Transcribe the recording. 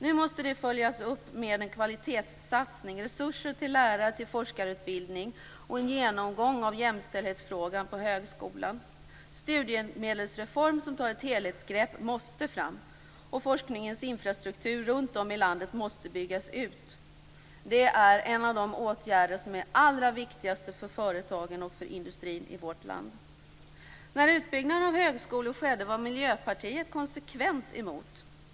Nu måste detta följas upp med en kvalitetssatsning - resurser till lärare och forskarutbildning samt en genomgång av jämställdhetsfrågan på högskolan. En studiemedelsreform som innebär att det tas ett helhetsgrepp måste fram. Forskningens infrastruktur runt om i landet måste byggas ut. Det är en av de allra viktigaste åtgärderna för företagen och industrin i vårt land. När utbyggnaden av högskolorna skedde var Miljöpartiet konsekvent emot.